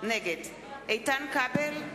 נגד איתן כבל,